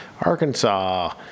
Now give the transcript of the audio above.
Arkansas